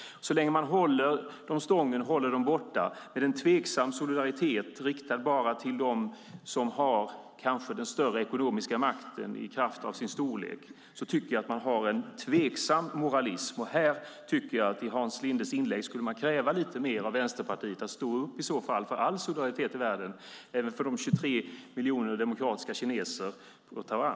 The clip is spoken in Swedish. Så länge man håller dem borta är det en tveksam solidaritet riktad bara till dem som kanske har den större ekonomiska makten i kraft av sin storlek. Jag tycker att man då har en tveksam moralism. I Hans Lindes inlägg skulle man kräva lite mer av Vänsterpartiet och att de i så fall skulle stå upp för all solidaritet i världen, även för de 23 miljoner demokratiska kineserna i Taiwan.